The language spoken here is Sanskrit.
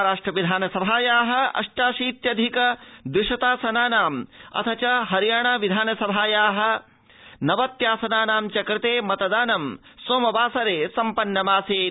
महाराष्ट्र विधानसभाया अष्टाशीत्यधिक द्विशतासनानां अथ च हरियाणाविधानसभाया नवत्यासनानां च कृते मतदान सोमवासरे अनुष्ठितमासीत्